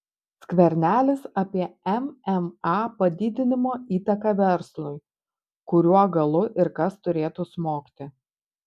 skvernelis apie mma padidinimo įtaką verslui kuriuo galu ir kas turėtų smogti